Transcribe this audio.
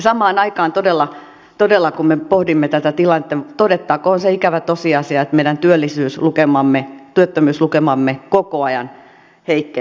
samaan aikaan todella kun me pohdimme tätä tilannetta todettakoon se ikävä tosiasia että meidän työttömyyslukemamme koko ajan heikkenevät